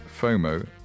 FOMO